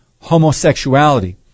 homosexuality